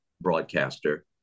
broadcaster